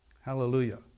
Hallelujah